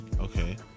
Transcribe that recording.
Okay